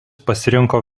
pasirinko